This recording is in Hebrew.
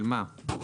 של מה?